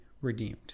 redeemed